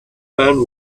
man